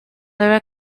debe